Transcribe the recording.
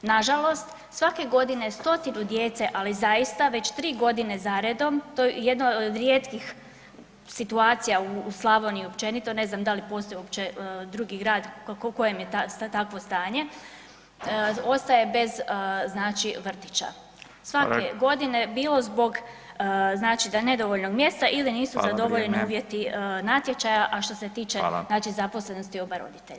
Nažalost svake godine 100-tinu djece, ali zaista već 3 godine zaredom, to je jedna o rijetkih situacija u Slavoniji općenito, ne znam da li postoji uopće drugi grad u kojem je takvo stanje, ostaje bez znači vrtića svake godine bilo zbog znači da je nedovoljno mjesta ili [[Upadica: Hvala, vrijeme.]] nisu zadovoljeni uvjeti natječaja, a što se tiče znači zaposlenosti oba roditelja.